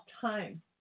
time